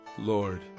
Lord